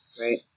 right